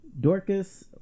Dorcas